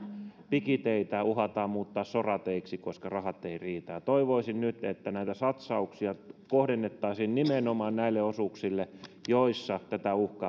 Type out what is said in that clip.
pikiteitä uhataan muuttaa sorateiksi koska rahat eivät riitä toivoisin nyt että näitä satsauksia kohdennettaisiin nimenomaan näille osuuksille joissa tätä uhkaa